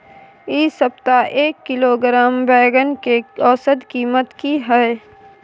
इ सप्ताह एक किलोग्राम बैंगन के औसत कीमत की हय?